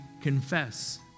confess